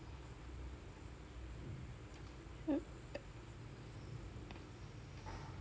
mm